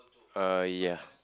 uh ya